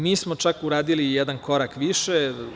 Mi smo čak uradili jedan korak više.